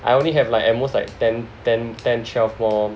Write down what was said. I only have like at most like ten ten ten twelve more